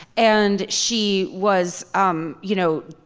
and she was um you know